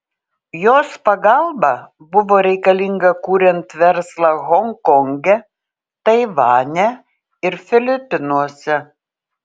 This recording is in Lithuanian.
jos pagalba buvo reikalinga kuriant verslą honkonge taivane ir filipinuose